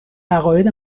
عقاید